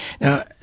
now